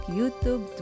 YouTube